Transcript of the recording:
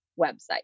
website